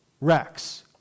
Rex